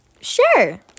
Sure